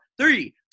three